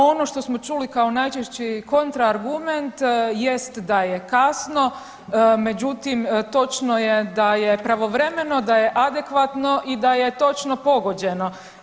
Ono što smo čuli kao najčešći kontra argument jest da je kasno, međutim točno je da je pravovremeno, da je adekvatno i da je točno pogođeno.